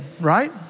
right